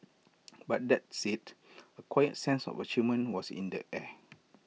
but that said A quiet sense of achievement was in the air